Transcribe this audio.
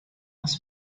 aus